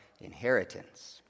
inheritance